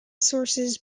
sources